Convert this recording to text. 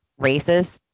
racist